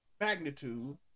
magnitude